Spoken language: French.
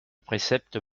préceptes